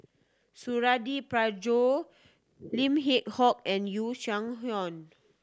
Suradi Parjo Lim Yew Hock and Yu